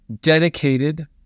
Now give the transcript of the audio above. dedicated